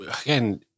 again